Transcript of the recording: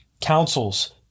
councils